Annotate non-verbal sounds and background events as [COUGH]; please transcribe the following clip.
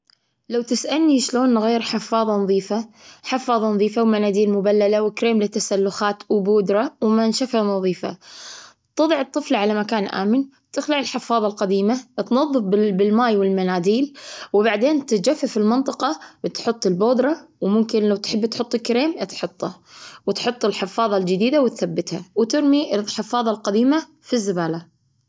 لو تسألني شلون نغير حفاظة نظيفة؟ حفاظة نظيفة، ومناديل مبللة، وكريم للتسلخات، وبودرة، ومنشفة نظيفة. تضع الطفل على مكان آمن، تخلع الحفاضة القديمة، تنظف بالمي والمناديل. [NOISE] وبعدين، تجفف المنطقة، وتحط البودرة، وممكن لو تحبي تحطي كريم تحطه. وتحط الحفاضة الجديدة وتثبتها، وترمي الحفاضة القديمة في الزبالة.